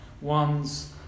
one's